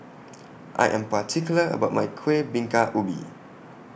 I Am particular about My Kueh Bingka Ubi